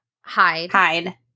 Hide